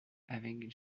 avec